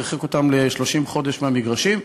הרחיק אותם ל-30 חודש מהמגרשים.